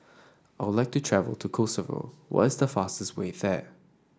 I would like to travel to Kosovo why is the fastest way there